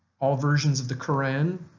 all versions of the koran,